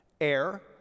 Air